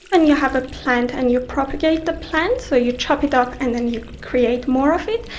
and you have a plant and you propagate the plant, so you chop it up and then you create more of it,